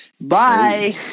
Bye